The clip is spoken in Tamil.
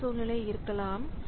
மற்றொரு சூழ்நிலை இருக்கலாம்